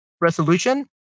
resolution